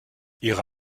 ihre